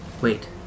Wait